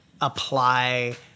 apply